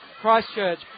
Christchurch